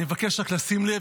אני מבקש רק לשים לב,